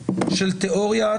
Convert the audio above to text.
זאת הצגה מאוד פשטנית של תיאוריית